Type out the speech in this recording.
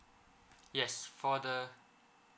yes for the